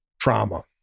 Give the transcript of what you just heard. trauma